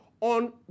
on